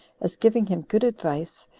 as giving him good advice,